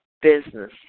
business